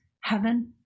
heaven